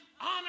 honor